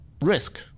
risk